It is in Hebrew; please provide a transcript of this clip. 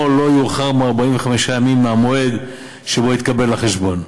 או לא יאוחר מ-45 ימים מהמועד שבו התקבל החשבון,